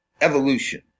evolution